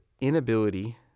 inability